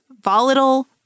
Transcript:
volatile